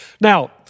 Now